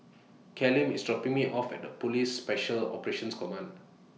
Callum IS dropping Me off At Police Special Operations Command